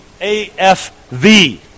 AFV